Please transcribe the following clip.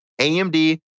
AMD